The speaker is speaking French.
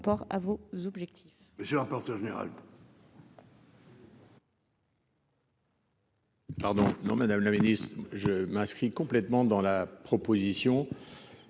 monsieur le président